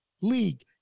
league